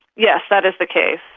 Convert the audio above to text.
yes, that is the case.